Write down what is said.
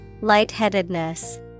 lightheadedness